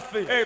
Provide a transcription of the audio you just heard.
Hey